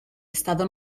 estado